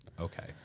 okay